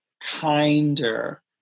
kinder